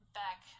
back